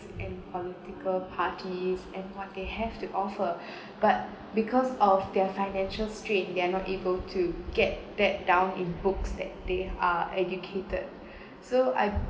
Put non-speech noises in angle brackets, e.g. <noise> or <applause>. and political parties and what they have to offer <breath> but because of their financial strain they're not able to get back down in books that they are educated so I